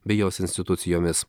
bei jos institucijomis